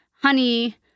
Honey